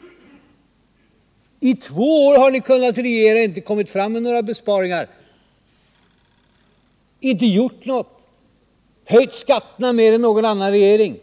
brunn. I två år regerade ni utan att lägga fram några besparingsförslag. Däremot höjde ni skatterna mer än någon annan regering.